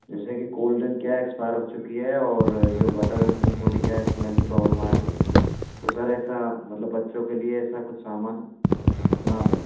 जैसे कि cold drink क्या है एक्सपायर हो चुकी है और जो बटर है उसमें थोड़ी क्या है स्मेल की प्रॉब्लम आ रही है तो सर ऐसा मतलब बच्चों के लिए ऐसा कुछ सामान न दे